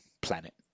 planet